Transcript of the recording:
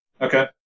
Okay